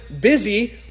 busy